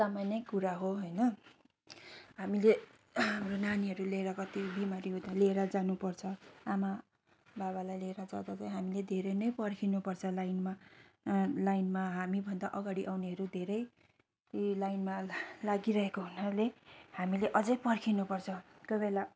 सामान्यै कुरा हो होइन हामीले हाम्रो नानीहरू लिएर कत्ति बिमारी हुँदा लिएर जानु पर्छ आमा बाबालाई लिएर जाँदा चाहिँ हामीले धेरै नै पर्खिनु पर्छ लाइनमा लाइनमा हामीभन्दा अगाडी आउनेहरू धेरै लाइनमा लागि रहेको हुनाले हामीले अझै पर्खिनु पर्छ कोईबेला